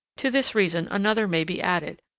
to this reason another may be added,